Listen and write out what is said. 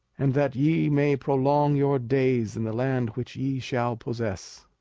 and that ye may prolong your days in the land which ye shall possess.